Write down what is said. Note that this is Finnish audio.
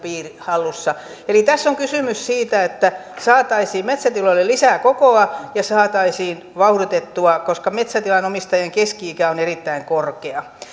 hallussa tässä on kysymys siitä että saataisiin metsätiloille lisää kokoa ja saataisiin vauhditettua koska metsätilan omistajien keski ikä on erittäin korkea